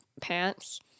pants